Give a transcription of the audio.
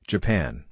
Japan